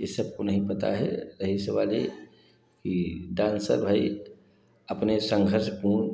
यह सबको नहीं पता है रही सवाल यह कि डांसर भाई अपने संघर्षपूर्ण